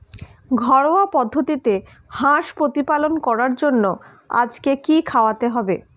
ঘরোয়া পদ্ধতিতে হাঁস প্রতিপালন করার জন্য আজকে কি খাওয়াতে হবে?